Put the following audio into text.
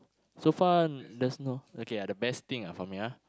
so far there's no okay ah the best thing ah for me ah